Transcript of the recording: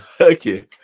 okay